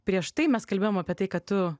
prieš tai mes kalbėjom apie tai kad tu